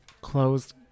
closed